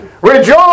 Rejoice